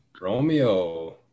Romeo